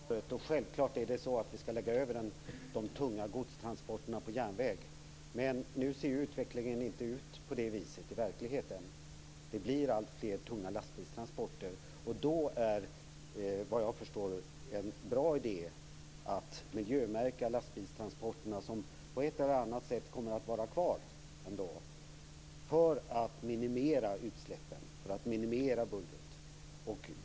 Fru talman! Jag tackar för svaret. Självklart är det så att vi ska lägga över de tunga godstransporterna på järnväg. Men nu ser ju utvecklingen inte ut på det viset i verkligheten. Det blir alltfler tunga lastbilstransporter. Då är det vad jag förstår en bra idé att miljömärka lastbilstransporterna, som på ett eller annat sätt ändå kommer att vara kvar, för att minimera utsläppen, för att minimera bullret.